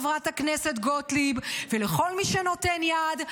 חברת הכנסת גוטליב ולכל מי שנותן יד,